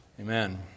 Amen